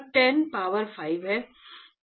तो यह 10 पावर 5 है